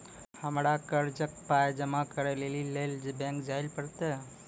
हमरा कर्जक पाय जमा करै लेली लेल बैंक जाए परतै?